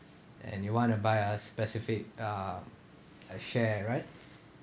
and you want to buy a specific uh a share right